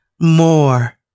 More